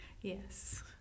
Yes